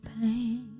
pain